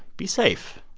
be safe.